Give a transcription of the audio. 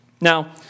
Now